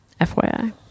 FYI